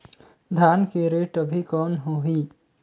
धान के रेट अभी कौन होही?